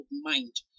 mind